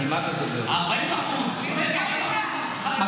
אם יש 40% חרדים, לכמה יש תעודת בגרות?